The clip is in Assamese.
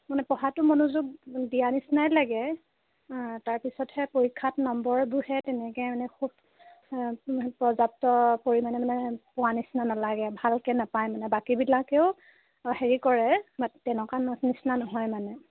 মানে পঢ়াটো মনোযোগ দিয়া নিচিনাই লাগে তাৰপিছতহে পৰীক্ষাত নম্বৰবোৰহে তেনেকৈ মানে খুব পৰ্যাপ্ত পৰিমাণে মানে পোৱা নিচিনা নালাগে ভালকৈ নাপায় মানে বাকীবিলাকেও হেৰি কৰে বাট তেনেকুৱা ন নিচিনা নহয় মানে